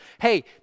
Hey